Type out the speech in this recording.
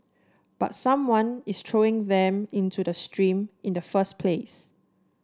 but someone is throwing them into the stream in the first place